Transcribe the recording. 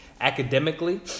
academically